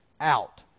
out